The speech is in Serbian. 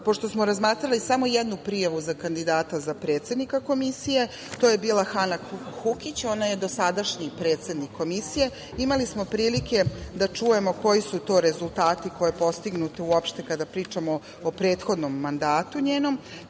Pošto smo razmatrali samo jednu prijavu za kandidata za predsednika Komisije. To je bila Hana Hukić. Ona je dosadašnji predsednik Komisije. Imali smo prilike da čujemo koji su to rezultati koji su postignuti uopšte kada pričamo o prethodnom njenom